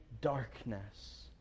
darkness